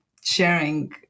sharing